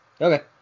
Okay